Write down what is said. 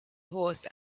horse